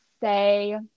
say